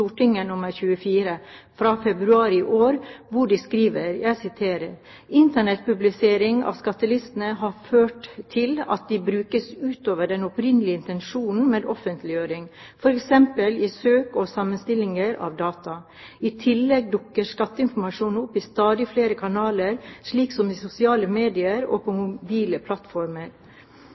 24 fra februar i år, hvor de skriver: «Internettpublisering av skattelistene har ført til at de brukes utover den opprinnelige intensjonen med offentliggjøring, for eksempel i søk og sammenstillinger av data. I tillegg dukker skatteinformasjon opp i stadig flere kanaler, slik som i sosiale medier og på mobile plattformer.